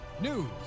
news